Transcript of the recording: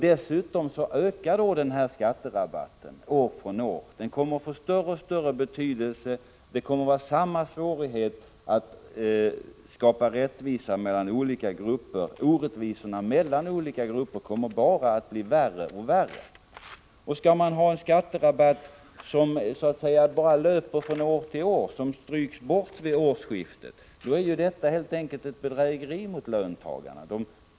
Dessutom ökar då skatterabatten år från år. Den kommer att få större och större betydelse. Det kommer att vara samma svårigheter att skapa rättvisa mellan olika grupper. Orättvisorna mellan olika grupper kommer i stället bara att bli värre och värre. Att ha en skatterabatt som bara löper från år till år och som stryks bort vid årsskiftet vore ett bedrägeri mot löntagarna.